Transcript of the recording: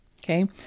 Okay